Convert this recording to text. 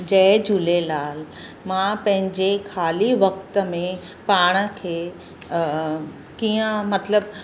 जय झूलेलाल मां पंहिंजे खाली वक़्ति में पाण खे कीअं मतिलबु